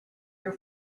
your